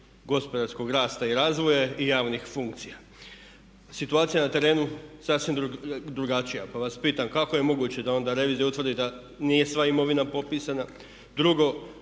gospodarskog rasta i razvoja i javnih funkcija. Situacija je na terenu sasvim drugačija, pa vas pitam kako je moguće da onda revizija utvrdi da nije sva imovina popisana.